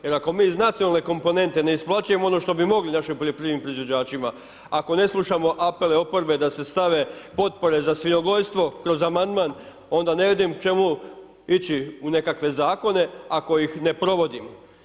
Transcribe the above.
Jer ako mi iz nacionalne komponente ne isplaćujemo ono što bi mogli našim poljoprivrednim proizvođačima, ako ne slušamo apele oporbe da se stave potpore za svinjogojstvo kroz amandman, onda ne vidim čemu ići u nekakve zakone ako ih ne provodimo.